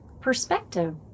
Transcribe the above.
perspective